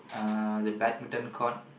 uh the badminton court